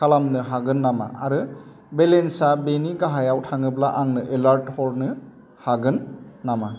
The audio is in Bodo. खालामनो हागोन नामा आरो बेलेन्सा बेनि गाहायाव थाङोब्ला आंनो एलार्ट हरनो हागोन नामा